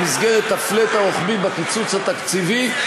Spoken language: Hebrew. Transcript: במסגרת ה-flat הרוחבי בקיצוץ התקציבי,